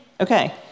Okay